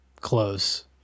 close